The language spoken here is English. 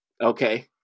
Okay